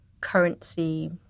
currency